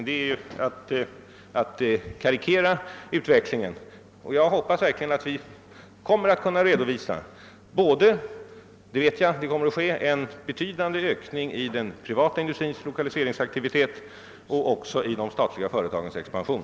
Vi kommer säkerligen att kunna redovisa ett gott resultat, ty jag vet att det kommer att ske en betydande ökning i den privata industrins lokaliseringsaktivitet liksom också i de statliga företagens expansion.